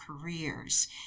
careers